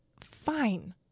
fine